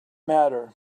matter